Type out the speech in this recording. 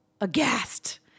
aghast